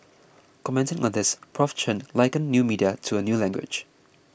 commenting on this Prof Chen likened new media to a new language